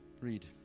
Read